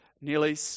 nearly